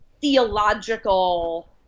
theological